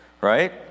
right